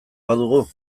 badugu